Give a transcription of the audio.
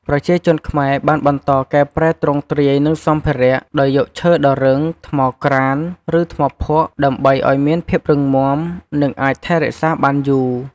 ប្រជាជនខ្មែរបានបន្តកែប្រែទ្រង់ទ្រាយ និងសម្ភារៈ ដោយយកឈើដ៏រឹង ថ្មក្រាន ឬថ្មភក់ ដើម្បីឲ្យមានភាពរឹងមាំ និងអាចថែរក្សាបានយូរ។។